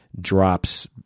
drops